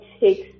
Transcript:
takes